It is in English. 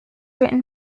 written